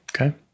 Okay